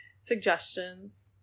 suggestions